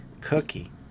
cookie